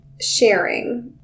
sharing